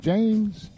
James